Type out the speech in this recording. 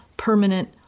permanent